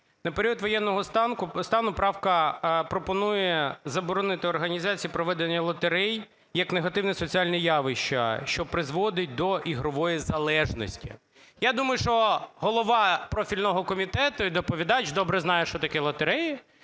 На період воєнного стану правка пропонує заборонити організацію і проведення лотерей як негативні соціальні явища, що призводить до ігрової залежності. Я думаю, що голова профільного комітету і доповідач добре знає, що таке лотереї.